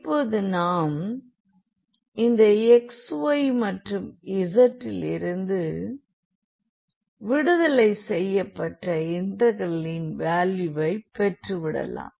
இப்போது நாம் இந்த x y மற்றும் z லிருந்து விடுதலை செய்யப்பட்ட இன்டெகிரலின் வேல்யூவை பெற்றுவிடலாம்